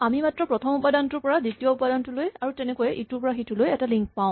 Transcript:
আমি মাত্ৰ প্ৰথম উপাদানটোৰ পৰা দ্বিতীয়টোলৈ আৰু তেনেকৈয়ে ইটোৰ পৰা সিটোলৈ এটা লিংক পাওঁ